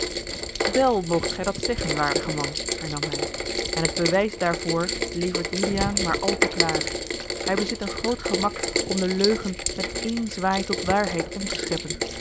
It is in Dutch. wél moogt gij dat zeggen waardige man hernam hij en het bewijs daarvoor levert juliaan maar al te klaar hij bezit een groot gemak om de leugen met één zwaai tot waarheid om te scheppen